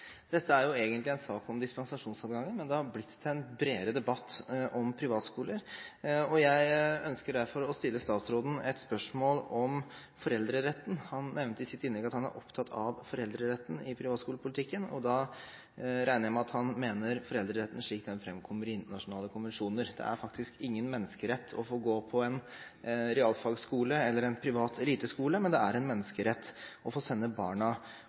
Dette er jo egentlig en sak om dispensasjonsadgangen, men det har blitt til en bredere debatt om privatskoler, og jeg ønsker derfor å stille statsråden et spørsmål om foreldreretten. Han nevnte i sitt innlegg at han er opptatt av foreldreretten i privatskolepolitikken, og da regner jeg med at han mener foreldretten slik den framkommer i internasjonale konvensjoner. Det er faktisk ingen menneskerett å få gå på en realfagskole eller en privat eliteskole, men det er en menneskerett å få sende barna